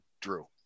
Drew